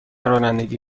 رانندگی